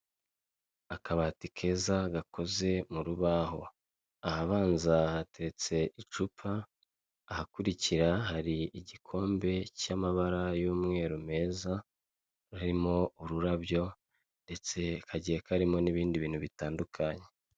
Akabati keza gakoze mu rubaho ahabanza hateretse icupa, ahakurikira hari igikombe cy'amabara y'umweru meza arimo ururabyo ndetse kagiye karimo n'ibindi bintu bitandukanye.